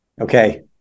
Okay